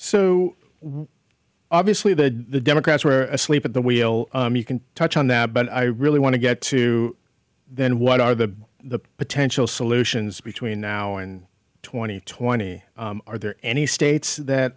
so obviously that the democrats were asleep at the wheel you can touch on that but i really want to get to then what are the potential solutions between now and twenty twenty are there any states that